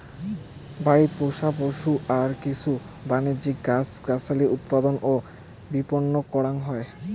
বাড়িত পোষা পশু আর কিছু বাণিজ্যিক গছ গছালি উৎপাদন ও বিপণন করাং হই